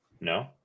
No